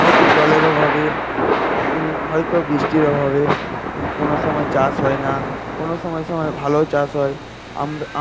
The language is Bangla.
হয়তো জলের অভাবে হয়তো বৃষ্টির অভাবে কোনো সময় চাষ হয় না কোনো সময় সময় ভালো চাষ হয়